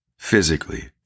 physically